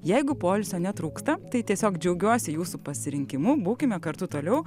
jeigu poilsio netrūksta tai tiesiog džiaugiuosi jūsų pasirinkimu būkime kartu toliau